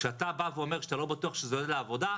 כשאתה בא ואומר שאתה לא בטוח שזה יעודד לעבודה,